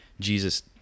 Jesus